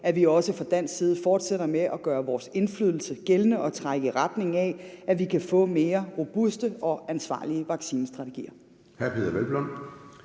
at vi også fra dansk side fortsætter med at gøre vores indflydelse gældende og trække i retning af, at vi kan få mere robuste og ansvarlige vaccinestrategier.